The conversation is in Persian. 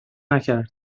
نکرد